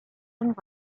and